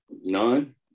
None